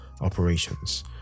operations